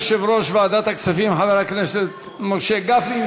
תודה ליושב-ראש ועדת הכספים חבר הכנסת משה גפני.